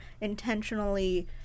intentionally